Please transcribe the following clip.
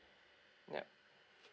yup